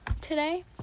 today